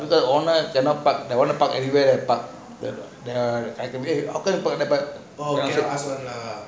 owner cannot park cannot park everywhere they park